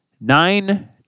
Nine